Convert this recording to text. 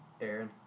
Aaron